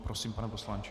Prosím, pane poslanče.